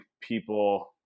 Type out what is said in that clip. people